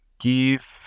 give